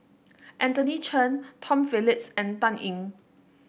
Anthony Chen Tom Phillips and Dan Ying